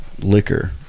liquor